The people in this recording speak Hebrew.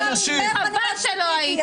חבל שלא היית.